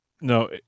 No